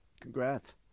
Congrats